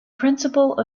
principle